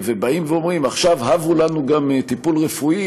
ואומרים: עכשיו הבו לנו גם טיפול רפואי,